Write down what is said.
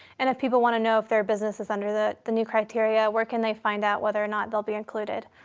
and if people want to know if their business is under the the new criteria where can they find out whether or not they'll be included?